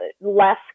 less